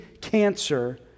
cancer